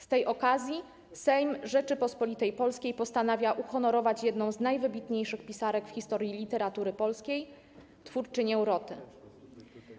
Z tej okazji Sejm Rzeczypospolitej Polskiej postanawia uhonorować jedną z najwybitniejszych pisarek w historii literatury polskiej, twórczynię 'Roty'